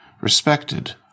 respected